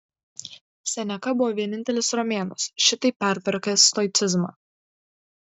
seneka buvo vienintelis romėnas šitaip pertvarkęs stoicizmą